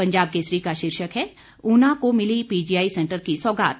पंजाब केसरी का शीर्षक है ऊना को मिली पीजीआई सैंटर की सौगात